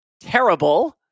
terrible